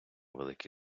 великі